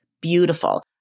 beautiful